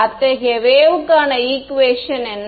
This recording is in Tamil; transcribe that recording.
அத்தகைய வேவ்க்கான ஈக்குவேஷன் என்ன